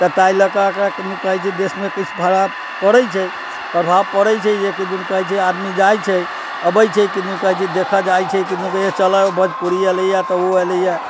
तऽ ताहि लकऽ किदन कहै छै देशमे किछु प्रभाव पड़ै छै प्रभाव पड़ै छै जे किदन कहै छै आदमी जाइ छै अबै छै किदन कहै छै देखऽ जाइ छै किदन कहै छै चलअ भोजपुरी अयलै है तऽ ओ अयलै है